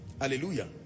Hallelujah